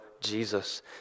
Jesus